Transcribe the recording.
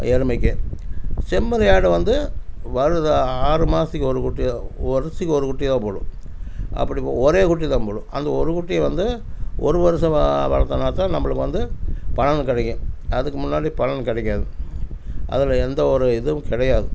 எருமைக்கு செம்மறி ஆடு வந்து வருது ஆறுமாதத்துக்கு ஒரு குட்டி வருடத்துக்கு ஒரு குட்டி தான் போடும் அப்படி ஒரு குட்டி தான் போடும் அந்த ஒரு குட்டியும் வந்து ஒரு வருடம் வளர்த்தனாத் தான் நம்மளுக்கு வந்து பலன் கிடைக்கும் அதுக்கு முன்னாடி பலன் கிடைக்காது அதில் எந்த ஒரு இதுவும் கிடையாது